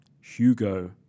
Hugo